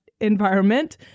environment